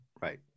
Right